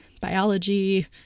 biology